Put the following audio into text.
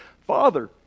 father